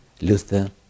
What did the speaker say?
Luther